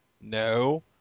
No